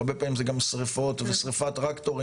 הרבה פעמים זה גם שריפות ושריפת טרקטורים,